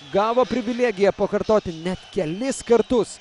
gavo privilegiją pakartoti net kelis kartus